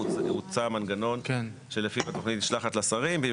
הוצע מנגנון שלפיו בתוכנית ישלח את לשרים ואם